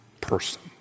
person